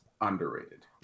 underrated